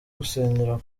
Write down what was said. gusengera